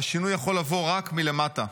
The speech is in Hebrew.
והשינוי יכול לבוא רק מלמטה.